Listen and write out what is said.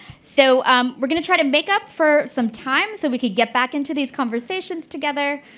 so um we're going to try to make up for some time so we can get back into these conversations together.